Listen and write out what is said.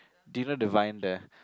did you know the wine the